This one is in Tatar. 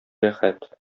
рәхәт